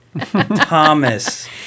Thomas